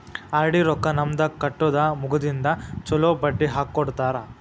RD ರೊಕ್ಕಾ ನಮ್ದ ಕಟ್ಟುದ ಮುಗದಿಂದ ಚೊಲೋ ಬಡ್ಡಿ ಹಾಕ್ಕೊಡ್ತಾರ